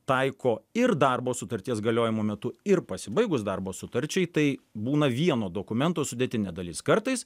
taiko ir darbo sutarties galiojimo metu ir pasibaigus darbo sutarčiai tai būna vieno dokumento sudėtinė dalis kartais